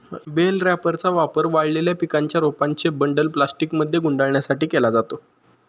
bell रॅपरचा वापर वाळलेल्या पिकांच्या रोपांचे बंडल प्लास्टिकमध्ये गुंडाळण्यासाठी केला जातो